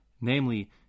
namely